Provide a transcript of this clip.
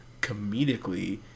comedically